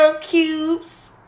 cubes